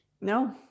No